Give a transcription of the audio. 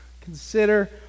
Consider